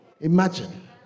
Imagine